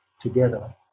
together